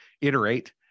iterate